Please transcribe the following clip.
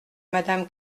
madame